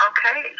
Okay